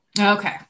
Okay